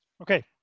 Okay